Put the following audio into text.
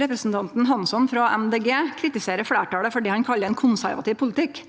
Representanten Hansson frå Miljøpartiet Dei Grøne kritiserer fleirtalet for det han kallar ein konservativ politikk,